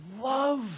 love